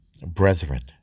brethren